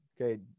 Okay